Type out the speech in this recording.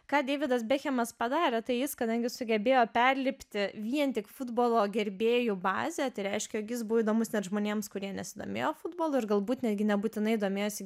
ką deividas bekhemas padarė tai jis kadangi sugebėjo perlipti vien tik futbolo gerbėjų bazę tai reiškia jog jis buvo įdomus net žmonėms kurie nesidomėjo futbolu ir galbūt netgi nebūtinai domėjosi